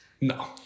No